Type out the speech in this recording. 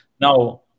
now